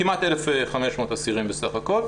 כמעט 1,500 אסירים בסך הכל.